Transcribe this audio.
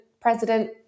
president